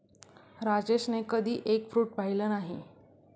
राजेशने कधी egg fruit पाहिलं नाही